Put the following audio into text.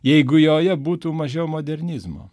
jeigu joje būtų mažiau modernizmo